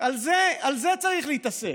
בזה צריך להתעסק.